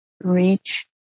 reach